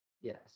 Yes